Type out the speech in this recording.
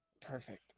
Perfect